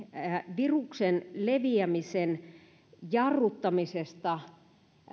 viruksen leviämisen jarruttamisesta